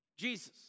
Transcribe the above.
Jesus